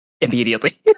immediately